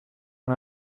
han